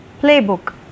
Playbook